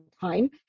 time